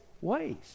ways